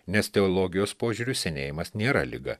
nes teologijos požiūriu senėjimas nėra liga